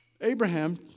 Abraham